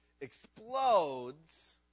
explodes